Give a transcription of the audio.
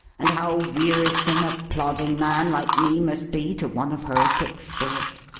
and how wearisome a plodding man like me must be, to one of her quick spirit?